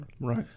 Right